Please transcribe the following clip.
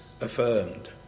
affirmed